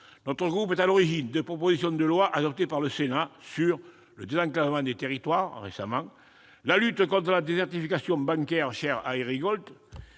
mon groupe est à l'origine des propositions de loi adoptées par le Sénat sur le désenclavement des territoires, récemment, la lutte contre la désertification bancaire, chère à Éric Gold,